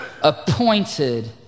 appointed